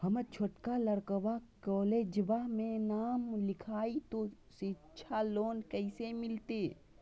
हमर छोटका लड़कवा कोलेजवा मे नाम लिखाई, तो सिच्छा लोन कैसे मिलते?